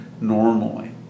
normally